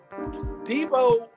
Debo